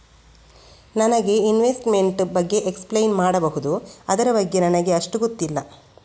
ನನಗೆ ಇನ್ವೆಸ್ಟ್ಮೆಂಟ್ ಬಗ್ಗೆ ಎಕ್ಸ್ಪ್ಲೈನ್ ಮಾಡಬಹುದು, ಅದರ ಬಗ್ಗೆ ನನಗೆ ಅಷ್ಟು ಗೊತ್ತಿಲ್ಲ?